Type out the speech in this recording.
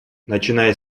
начиная